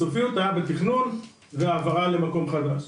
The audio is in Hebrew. הסופיות הייתה בתכנון והעברה למקום חדש.